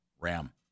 Ram